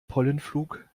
pollenflug